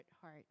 heart